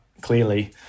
clearly